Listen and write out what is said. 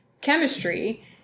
chemistry